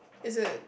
is it